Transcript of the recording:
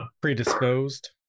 Predisposed